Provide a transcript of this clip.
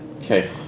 Okay